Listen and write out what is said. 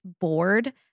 bored